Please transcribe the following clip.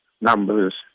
numbers